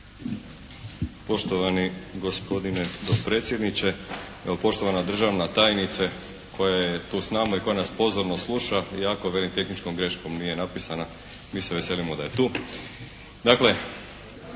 Poštovani gospodine dopredsjedniče, poštovana državna tajnice, koja je tu s nama i koja nas pozorno sluša iako velim tehničkom greškom nije napisana, mi se veselimo da je tu.